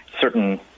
certain